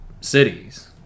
cities